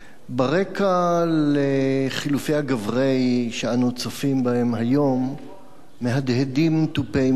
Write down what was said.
ברקע לחילופי הגברי שאנו צופים בהם היום מהדהדים תופי מלחמה,